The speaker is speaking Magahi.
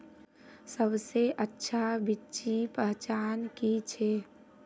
सबसे अच्छा बिच्ची पहचान की छे?